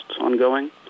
ongoing